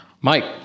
Mike